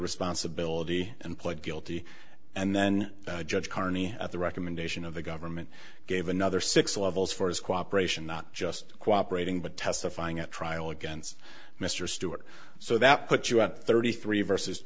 responsibility and pled guilty and then judge carney at the recommendation of the government gave another six levels for his cooperation not just cooperate and but testifying at trial against mr stewart so that put you at thirty three versus